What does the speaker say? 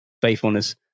faithfulness